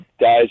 guys